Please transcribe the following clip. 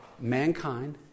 mankind